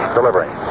Delivering